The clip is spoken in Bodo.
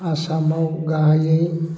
आसामाव गाहायै